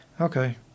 Okay